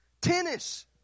tennis